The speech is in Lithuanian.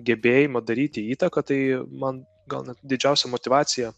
gebėjimą daryti įtaką tai man gal net didžiausia motyvacija